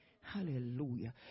Hallelujah